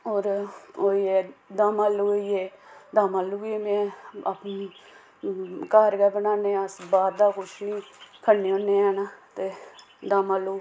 होर होइ ए दमआलू होइ ए दमआलू बी में आपें घर गै बनान्ने अस बाह्र दा कुछ निं खन्ने होन्ने ते दमआलू